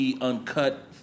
uncut